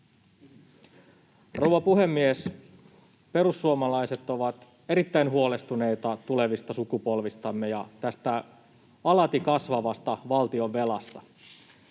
Rouva puhemies! Perussuomalaiset ovat erittäin huolestuneita tulevista sukupolvistamme ja tästä alati kasvavasta valtionvelasta.